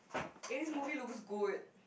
eh this movie looks good